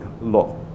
law